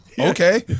Okay